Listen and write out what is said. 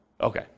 Okay